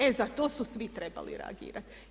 E za to su svi trebali reagirati.